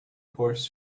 horse